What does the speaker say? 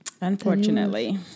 Unfortunately